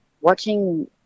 watching